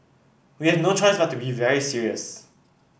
we have no choice but to be very serious